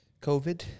COVID